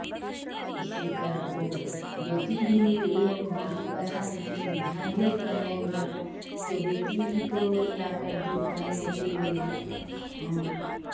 उसी कलर को बेटी भी पसंद की हम भी पहनेंगे तो बेटी भी को लाकर दी पहनने के लिये